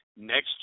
Next